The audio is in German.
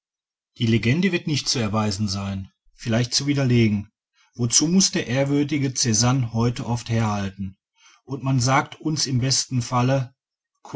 die legende wird nicht zu erweisen sein vielleicht zu widerlegen wozu muß der ehrwürdige czanne heute oft herhalten und man sagt uns im besten falle